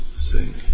sing